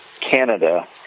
Canada